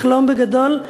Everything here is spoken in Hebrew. לחלום בגדול.